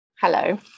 Hello